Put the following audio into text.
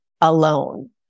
Alone